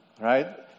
right